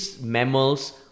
mammals